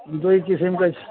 दुई किसिमकै छ